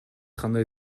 кандай